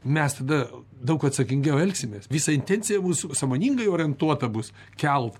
mes tada daug atsakingiau elgsimės visa intencija mūsų sąmoningai orientuota bus kelt